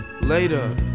Later